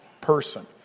person